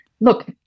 look